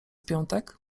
piątek